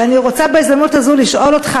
ואני רוצה בהזדמנות הזאת לשאול אותך,